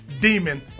demon